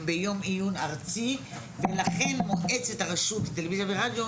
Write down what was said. הם ביום עיון ארצי ולכן מועצת הרשות לטלוויזיה ורדיו,